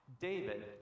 David